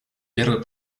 первой